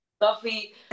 coffee